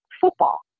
football